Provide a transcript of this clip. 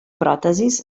pròtesis